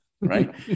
Right